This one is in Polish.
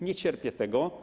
Nie cierpię tego.